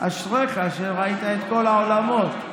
אשריך שראית את כל העולמות.